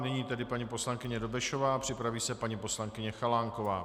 Nyní tedy paní poslankyně Dobešová, připraví se paní poslankyně Chalánková.